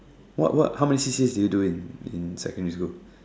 what what how many C_C_As did you do in in secondary school